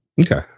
Okay